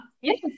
Yes